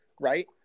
right